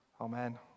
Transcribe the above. amen